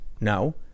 no